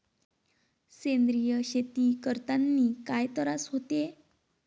सेंद्रिय शेती करतांनी काय तरास होते?